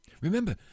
Remember